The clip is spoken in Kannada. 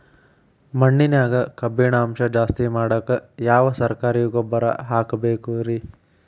ಮಣ್ಣಿನ್ಯಾಗ ಕಬ್ಬಿಣಾಂಶ ಜಾಸ್ತಿ ಮಾಡಾಕ ಯಾವ ಸರಕಾರಿ ಗೊಬ್ಬರ ಹಾಕಬೇಕು ರಿ?